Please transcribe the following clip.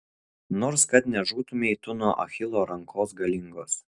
nors kad nežūtumei tu nuo achilo rankos galingos